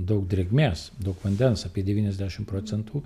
daug drėgmės daug vandens apie devyniasdešim procentų